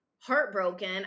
heartbroken